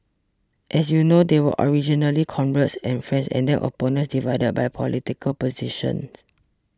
as you know they were originally comrades and friends and then opponents divided by political positions